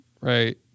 right